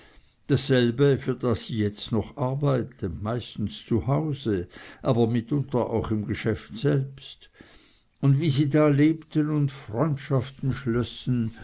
dasselbe für das sie jetzt noch arbeite meistens zu haus aber mitunter auch im geschäft selbst und wie sie da lebten und freundschaften schlössen